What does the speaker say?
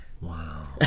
Wow